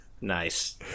Nice